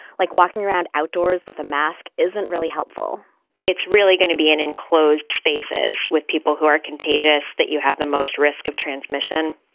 like, walking around outdoors with a mask isn't really helpful it's really going to be in enclosed spaces with people who are contagious that you have the most risk of transmission.